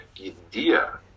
idea